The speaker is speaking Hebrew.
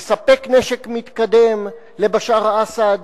מספק נשק מתקדם לבשאר אסד